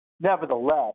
nevertheless